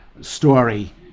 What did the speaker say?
story